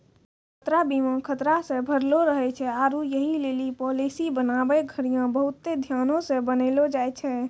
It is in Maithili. यात्रा बीमा खतरा से भरलो रहै छै आरु यहि लेली पालिसी बनाबै घड़ियां बहुते ध्यानो से बनैलो जाय छै